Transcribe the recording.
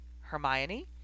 Hermione